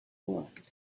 world